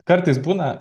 kartais būna